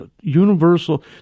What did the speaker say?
universal